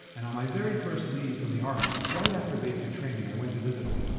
and on my very first leave from the army, right after basic training, i went to visit him.